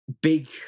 big